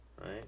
right